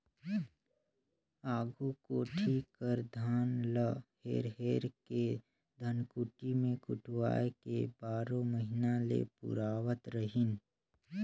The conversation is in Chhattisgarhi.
आघु कोठी कर धान ल हेर हेर के धनकुट्टी मे कुटवाए के बारो महिना ले पुरावत रहिन